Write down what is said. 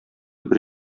бер